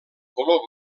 color